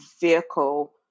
vehicle